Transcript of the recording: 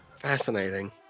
Fascinating